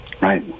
right